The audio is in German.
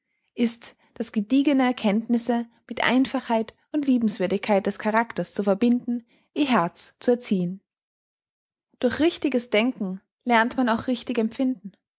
ist das gediegene kenntnisse mit einfachheit und liebenswürdigkeit des charakters zu verbinden ihr herz zu erziehen durch richtiges denken lernt man auch richtig empfinden